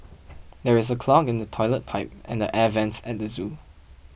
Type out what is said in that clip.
there is a clog in the Toilet Pipe and the Air Vents at the zoo